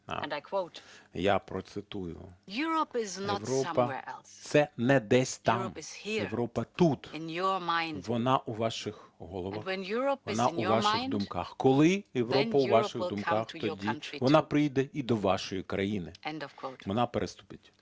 я процитую, "Європа – це не десь там. Європа тут. Вона у ваших головах, вона у ваших думках". Коли Європа у ваших думках, тоді вона прийде і до вашої країни, вона переступить